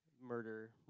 murder